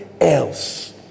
else